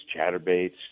chatterbaits